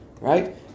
right